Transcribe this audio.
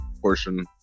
portion